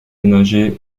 ménagers